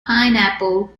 pineapple